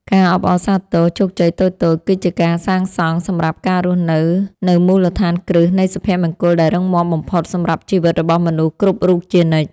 ការអបអរសាទរជោគជ័យតូចៗគឺជាការសាងសង់សម្រាប់ការរស់នៅនូវមូលដ្ឋានគ្រឹះនៃសុភមង្គលដែលរឹងមាំបំផុតសម្រាប់ជីវិតរបស់មនុស្សគ្រប់រូបជានិច្ច។